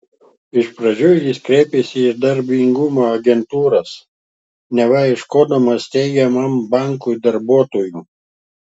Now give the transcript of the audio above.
iš pradžių jis kreipėsi į įdarbinimo agentūras neva ieškodamas steigiamam bankui darbuotojų